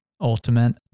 ultimate